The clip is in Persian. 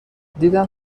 دیدم